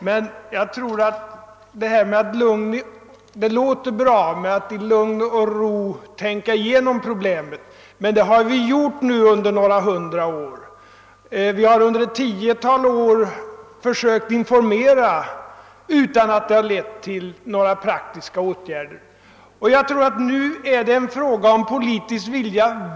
Det låter bra att säga att man i lugn och ro skall tänka igenom problemet, men det har vi ju gjort nu i några hundra år. Vi har under ett tiotal år försökt föra ut information om detta utan att det lett till några praktiska åtgärder. Nu är det en fråga om politisk vilja.